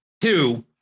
Two